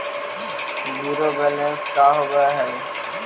Zero balance का होव हइ?